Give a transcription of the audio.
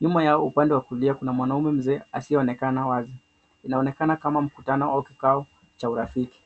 nyuma yao upande wa kulia kuna mwanume mzee asiyo onekana wazi ina onekana kama mkutano wa kikao cha urafiki.